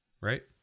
Right